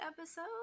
episode